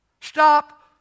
Stop